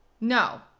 no